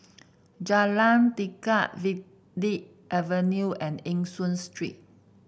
Jalan Tekad Verde Avenue and Eng Hoon Street